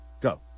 Go